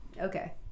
okay